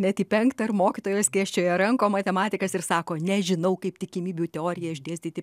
net į penktą ir mokytojos skėsčioja rankom matematikas ir sako nežinau kaip tikimybių teoriją išdėstyti